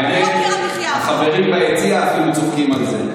האמת היא, החברים ביציע, אתם צוחקים על זה.